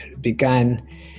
begun